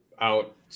out